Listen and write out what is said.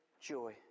joy